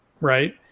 right